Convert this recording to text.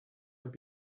have